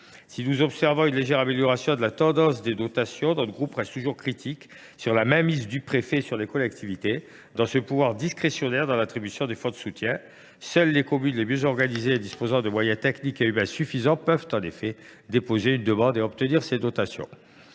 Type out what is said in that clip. Si nous observons une légère amélioration tendancielle des dotations, notre groupe reste toujours critique vis à vis de la mainmise des préfets sur les collectivités et de leur pouvoir discrétionnaire pour l’attribution des fonds de soutien. En effet, seules les communes les mieux organisées, qui disposent des moyens techniques et humains suffisants, peuvent déposer une demande et obtenir ces dotations.